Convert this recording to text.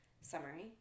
summary